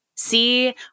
see